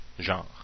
genre